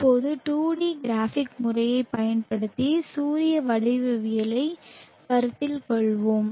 இப்போது 2 D graphic முறையைப் பயன்படுத்தி சூரிய வடிவவியலைக் கருத்தில் கொள்வோம்